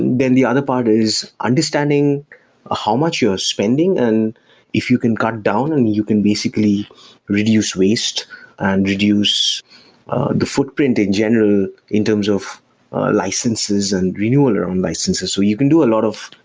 then the other part is understanding ah how much you're spending. and if you can cut down and you you can basically reduce waste and reduce the footprint in general in terms of licenses and renewal around licenses. so you can do a lot of,